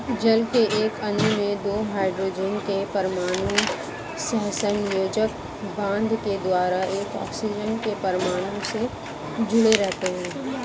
जल के एक अणु में दो हाइड्रोजन के परमाणु सहसंयोजक बंध के द्वारा एक ऑक्सीजन के परमाणु से जुडे़ रहते हैं